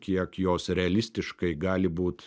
kiek jos realistiškai gali būt